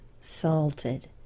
salted